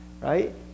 right